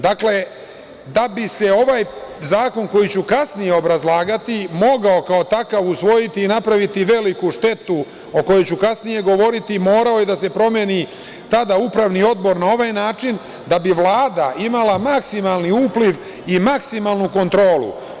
Dakle, da bi se ovaj zakon, koji ću kasnije obrazlagati, mogao kao takav usvojiti i napraviti veliku štetu, a o kojoj ću kasnije govoriti, morao je da se promeni tada Upravni odbor na ovaj način da bi Vlada imala maksimalni upliv i maksimalnu kontrolu.